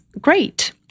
great